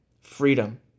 freedom